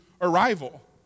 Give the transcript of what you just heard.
arrival